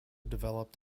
developed